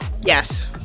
Yes